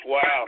Wow